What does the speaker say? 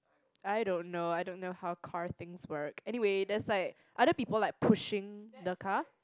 I don't know I don't know how car things work anyway there's like other people like pushing the car